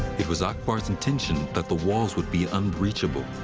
it was akbar's intention that the walls would be unbreachable.